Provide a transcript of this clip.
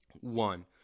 One